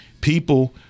People